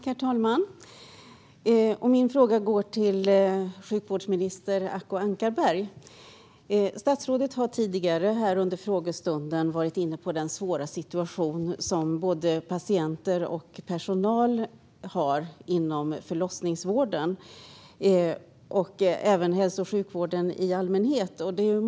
Herr talman! Min fråga går till sjukvårdsminister Acko Ankarberg Johansson. Statsrådet har tidigare under frågestunden varit inne på den svåra situation som både patienter och personal har inom förlossningsvården och inom hälso och sjukvården i allmänhet.